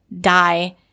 die